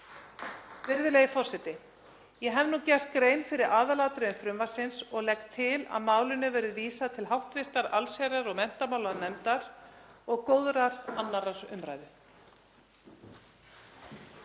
Virðulegi forseti. Ég hef nú gert grein fyrir aðalatriðum frumvarpsins og legg til að málinu verði vísað til hv. allsherjar- og menntamálanefndar og góðrar 2. umræðu.